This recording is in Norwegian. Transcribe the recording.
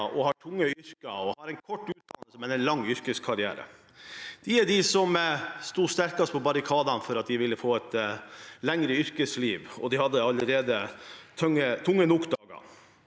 med tunge yrker og kort utdannelse, men lang yrkeskarriere. Det var de som sto sterkest på barrikadene mot å få et lengre yrkesliv; de hadde allerede tunge nok dager.